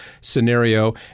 scenario